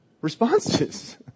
responses